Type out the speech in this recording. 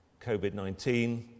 COVID-19